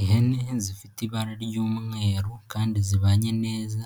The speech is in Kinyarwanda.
Ihene zifite ibara ry'umweru kandi zibanye neza